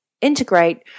integrate